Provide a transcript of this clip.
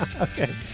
Okay